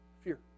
Fear